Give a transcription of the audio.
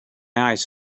eyes